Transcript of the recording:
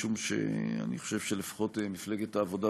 משום שאני חושב שלפחות מפלגת העבודה